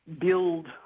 build